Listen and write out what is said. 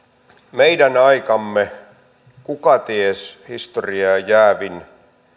meidän aikamme kukaties historiaan jäävin